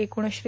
एकूणच श्री